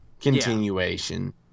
continuation